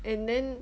and then